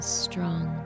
strong